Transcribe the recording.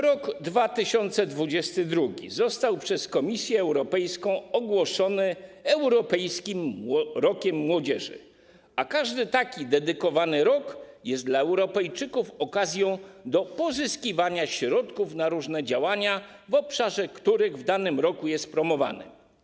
Rok 2022 został przez Komisję Europejską ogłoszony Europejskim Rokiem Młodzieży, a każdy taki dedykowany rok jest dla Europejczyków okazją do pozyskiwania środków na różne działania w obszarze, który w danym roku jest promowany.